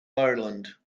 ireland